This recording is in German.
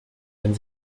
wenn